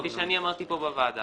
כפי שאני אמרתי כאן בוועדה.